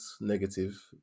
negative